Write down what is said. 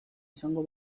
izango